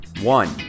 One